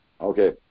Okay